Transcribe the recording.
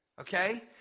okay